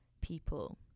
people